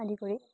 আদি কৰি